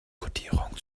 kodierung